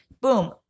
Boom